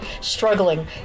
struggling